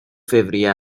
فوریه